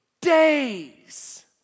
days